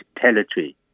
territory